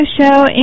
show